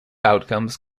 outcomes